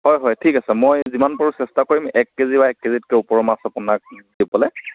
হয় হয় ঠিক আছে মই যিমান পাৰোঁ চেষ্টা কৰিম এক কেজি বা এক কেজিতকৈ ওপৰৰ মাছ আপোনাক দিবলৈ